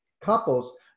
couples